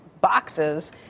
boxes